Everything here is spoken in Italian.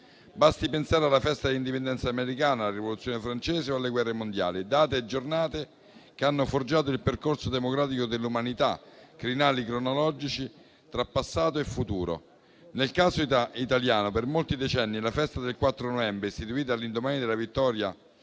Basti pensare alla Festa dell'indipendenza americana, alla Rivoluzione francese o alle Guerre mondiali, date e giornate che hanno forgiato il percorso democratico dell'umanità, crinali cronologici tra passato e futuro. Nel caso italiano, per molti decenni la festa del 4 novembre, istituita all'indomani della vittoria